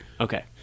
Okay